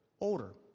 older